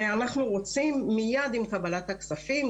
ואנחנו רוצים מיד עם קבלת הכספים,